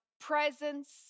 presence